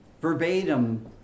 verbatim